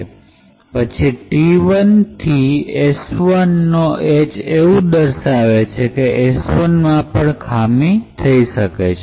પછી t ૧ થી s ૧ નો h એવું દર્શાવે છે કે s ૧ માં પણ ખામી થઈ શકે છે